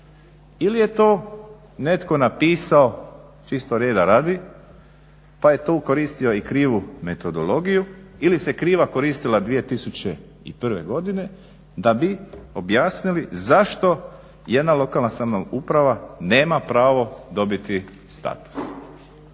ili je to netko napisao čisto reda radi, pa je tu koristio i krivu metodologiju ili se kriva koristila 2001.godine da bi objasnili zašto jedna lokalna samouprava nema pravo dobiti status.